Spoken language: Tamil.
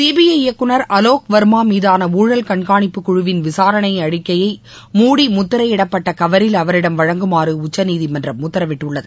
சிபிஐ இயக்குனர் லோக் வர்மாமீதானஊழல் கண்காணிப்பு குழுவின் விசாரணைஅறிக்கையை மூடி முத்திரையிட்டகவரில் அவரிடம் வழங்குமாறுஉச்சநீதிமன்றம் உத்தரவிட்டுள்ளது